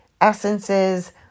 essences